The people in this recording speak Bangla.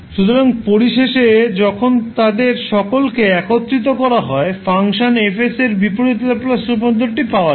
সুতরাং পরিশেষে যখন তাদের সকলকে একত্রিত করা হয় ফাংশন Fএর বিপরীত ল্যাপ্লাস রূপান্তরটি পাওয়া যায়